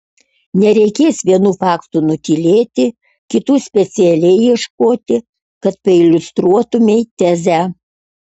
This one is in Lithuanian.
nereikės vienų faktų nutylėti kitų specialiai ieškoti kad pailiustruotumei tezę